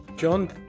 John